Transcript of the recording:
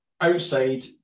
Outside